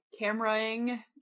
cameraing